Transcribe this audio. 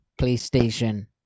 PlayStation